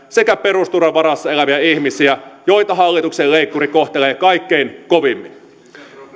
sekä perusturvan varassa eläviä ihmisiä joita hallituksen leikkuri kohtelee kaikkein kovimmin